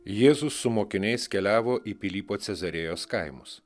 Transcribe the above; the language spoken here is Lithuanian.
jėzus su mokiniais keliavo į pilypo cezarėjos kaimus